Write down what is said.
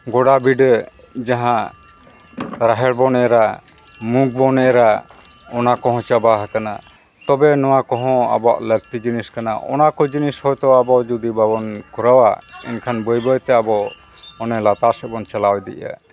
ᱜᱚᱰᱟ ᱵᱤᱰᱟᱹ ᱡᱟᱦᱟᱸ ᱨᱟᱦᱮᱲ ᱵᱚᱱ ᱮᱨᱻᱟ ᱢᱩᱜᱽ ᱵᱚᱱ ᱮᱨᱻᱟ ᱚᱱᱟ ᱠᱚ ᱦᱚᱸ ᱪᱟᱵᱟ ᱟᱠᱟᱱᱟ ᱛᱚᱵᱮ ᱱᱚᱣᱟ ᱠᱚ ᱦᱚᱸ ᱟᱵᱚᱣᱟᱜ ᱞᱟᱹᱠᱛᱤ ᱡᱤᱱᱤᱥ ᱠᱟᱱᱟ ᱚᱱᱟ ᱠᱚ ᱡᱤᱱᱤᱥ ᱦᱚᱸᱭ ᱛᱚ ᱟᱵᱚ ᱡᱩᱫᱤ ᱵᱟᱵᱚᱱ ᱠᱚᱨᱟᱣᱟ ᱮᱱᱠᱷᱟᱱ ᱵᱟᱹᱭ ᱵᱟᱹᱭᱛᱮ ᱟᱵᱚ ᱢᱟᱱᱮ ᱞᱟᱛᱟᱨ ᱥᱮᱫ ᱵᱚᱱ ᱪᱟᱞᱟᱣ ᱤᱫᱤᱜᱼᱟ